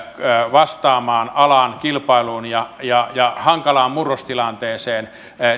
vastaamaan alan kilpailuun ja ja hankalaan murrostilanteeseen